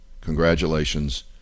Congratulations